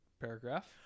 paragraph